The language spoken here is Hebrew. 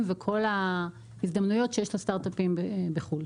וכל ההזדמנויות שיש לסטארטאפים בחו"ל.